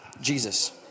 Jesus